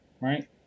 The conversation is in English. right